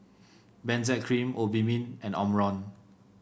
Benzac Cream Obimin and Omron